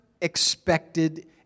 Expected